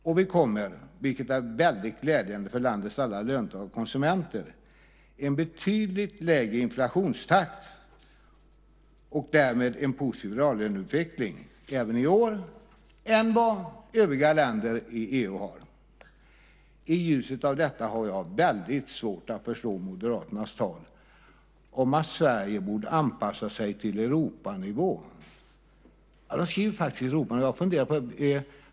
Och vi kommer, vilket är väldigt glädjande för landets alla löntagare och konsumenter, att även i år ha en betydligt lägre inflationstakt än vad övriga länder i EU har och därmed en positiv reallöneutveckling. I ljuset av detta har jag väldigt svårt att förstå Moderaternas tal om att Sverige borde anpassa sig till Europanivå. De skriver faktiskt Europanivå.